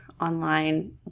online